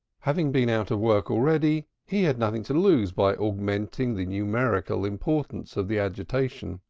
having been out of work already he had nothing to lose by augmenting the numerical importance of the agitation.